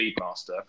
Speedmaster